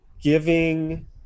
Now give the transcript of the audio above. giving